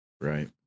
Right